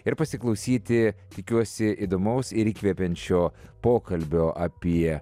ir pasiklausyti tikiuosi įdomaus ir įkvepiančio pokalbio apie